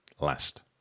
last